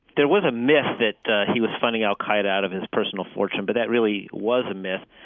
there was a myth that he was funding al-qaida out of his personal fortune, but that really was a myth.